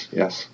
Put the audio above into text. yes